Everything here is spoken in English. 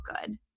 good